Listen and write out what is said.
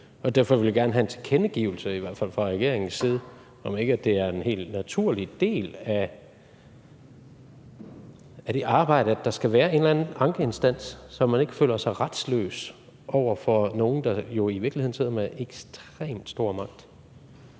og derfor vil jeg gerne have en tilkendegivelse, i hvert fald, fra regeringens side: Er det ikke en helt naturlig del af det arbejde, at der skal være en eller anden ankeinstans, så man ikke føler sig retsløs over for nogle, der jo i virkeligheden sidder med ekstremt stor magt?